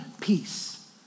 peace